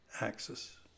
axis